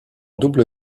double